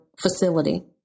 facility